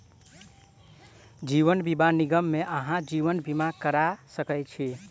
जीवन बीमा निगम मे अहाँ जीवन बीमा करा सकै छी